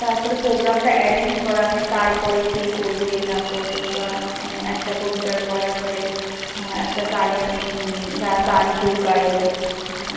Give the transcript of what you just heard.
তারপরে প্রোগ্রামটা অ্যারেঞ্জ করা মানে কার পরে কে করবে না করবে বা একটা কবিতার বলার পরে একটা গানের গা গান কেউ গাইলো হ্যাঁ